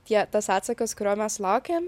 tie tas atsakas kurio mes laukėm